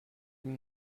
dem